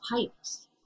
pipes